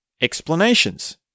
explanations